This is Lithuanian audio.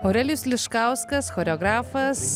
aurelijus liškauskas choreografas